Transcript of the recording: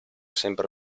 sempre